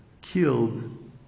killed